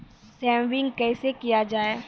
Saving कैसै किया जाय?